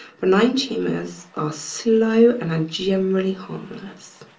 benign tumors are slow and are generally harmless.